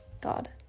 god